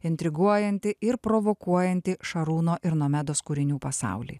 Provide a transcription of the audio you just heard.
intriguojantį ir provokuojantį šarūno ir nomedos kūrinių pasaulį